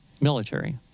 military